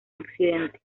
accidente